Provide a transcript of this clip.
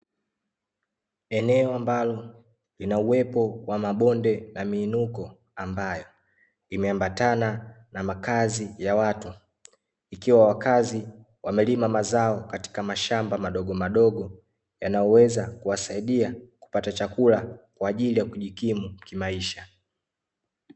Eneo ambalo linauwepo wa mabonde na miinuko ambayo imeambatana na makazi ya watu ikiwa wakazi wamelima mazao katika mashamba madogomadogo yanayo weza kuwasaidia kupata chakula kwa ajili ya kujikimu kimaisha.